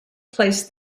placed